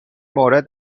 مورد